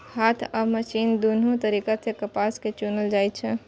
हाथ आ मशीन दुनू तरीका सं कपास कें चुनल जाइ छै